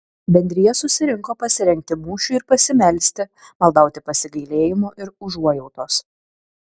bendrija susirinko pasirengti mūšiui ir pasimelsti maldauti pasigailėjimo ir užuojautos